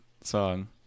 song